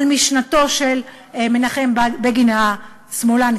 על משנתו של מנחם בגין השמאלן,